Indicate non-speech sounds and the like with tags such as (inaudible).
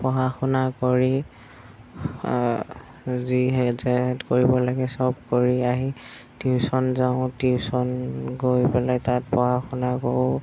পঢ়া শুনা কৰি যি (unintelligible) কৰিব লাগে সব কৰি আহি টিউচন যাওঁ টিউচন গৈ পেলাই তাত পঢ়া শুনা কৰোঁ